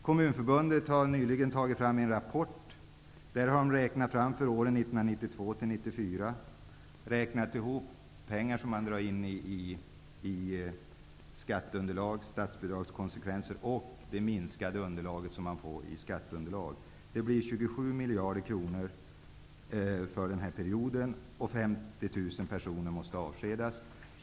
Kommunförbundet har nyligen tagit fram en rapport där man för åren 1992--1994 har räknat ihop hur mycket pengar som kommer att dras in genom det krympande skatteunderlaget och vilka statsbidragskonsekvenser det får. Den totala summan för denna period blir 27 miljarder kronor, vilket betyder att 50 000 personer måste avskedas.